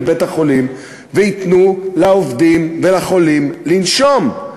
בית-החולים וייתנו לעובדים ולחולים לנשום.